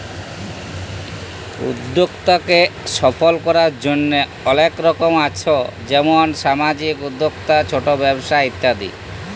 উদ্যক্তাকে সফল করার জন্হে অলেক রকম আছ যেমন সামাজিক উদ্যক্তা, ছট ব্যবসা ইত্যাদি